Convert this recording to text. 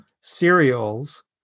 cereals